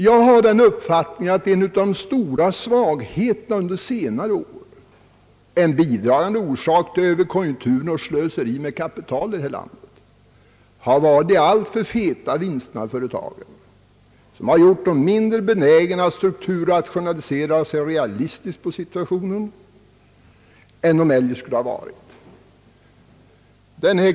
Jag har den uppfattningen att en av de mycket stora svagheterna under senare år — en bidragande orsak till överkonjunkturen och slöseriet med kapital här i landet — har varit de alltför feta vinsterna i företagen som har gjort dem mindre benägna att strukturrationalisera och se realistiskt på situationen än de eljest hade varit.